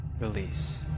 release